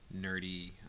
nerdy